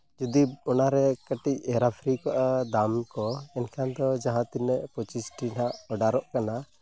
ᱡᱩᱫᱤ ᱚᱱᱟᱨᱮ ᱠᱟᱹᱴᱤᱡ ᱨᱟᱯᱷ ᱦᱩᱭ ᱠᱚᱜᱼᱟ ᱫᱟᱢ ᱠᱚ ᱮᱱᱠᱷᱟᱱ ᱫᱚ ᱡᱟᱦᱟᱸ ᱛᱤᱱᱟᱹᱜ ᱯᱚᱸᱪᱤᱥᱴᱤ ᱦᱟᱸᱜ ᱚᱰᱟᱨᱚᱜ ᱠᱟᱱᱟ